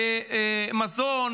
במזון,